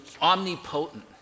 omnipotent